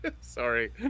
Sorry